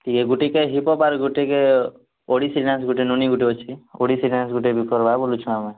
ଇଏ ଗୋଟିକେ hip hop ଆର୍ ଗୋଟିକେ ଓଡ଼ିଶୀ ଡ୍ୟାନ୍ସ ଗୁଟେ ନନି ଗୁଟେ ଅଛି ଓଡ଼ିଶୀ ଡ୍ୟାନ୍ସ ଗୁଟେ କର୍ବାର୍ ବୋଲୁଛେ